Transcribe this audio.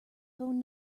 phone